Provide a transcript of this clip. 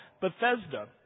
Bethesda